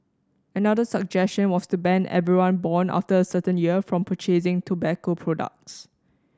another suggestion was to ban everyone born after a certain year from purchasing tobacco products